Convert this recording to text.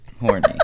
horny